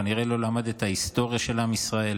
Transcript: כנראה לא למד את ההיסטוריה של עם ישראל.